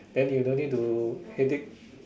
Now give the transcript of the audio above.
then you don't need to headache